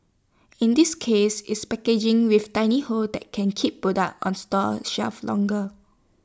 in this case it's packaging with tiny holes that can keep product on store shelves longer